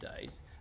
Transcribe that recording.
days